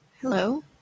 Hello